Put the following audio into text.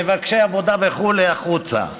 מבקשי עבודה וכו' החוצה,